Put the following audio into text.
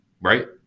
Right